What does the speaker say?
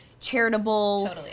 charitable